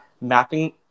mapping